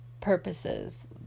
purposes